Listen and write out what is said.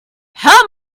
how